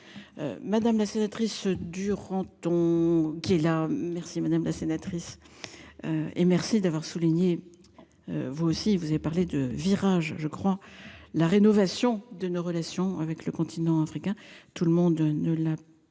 Madame la sénatrice Duranton. Qui est là. Merci madame la sénatrice. Et merci d'avoir souligné. Vous aussi vous avez parlé de virage, je crois, la rénovation de nos relations avec le continent africain. Tout le monde ne l'a pas